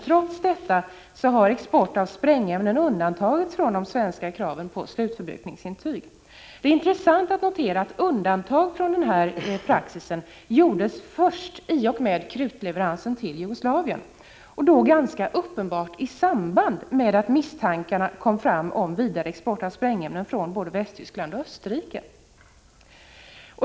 Trots detta har export av sprängämnen undantagits från de svenska kraven på slutförbrukningsintyg. Det är intressant att notera att undantag från denna praxis gjordes först i och med krutleveransen till Jugoslavien, då ganska uppenbart i samband med att misstankar kom fram om vidareexport av sprängämnen från både Västtyskland och Österrike.